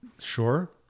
Sure